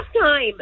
time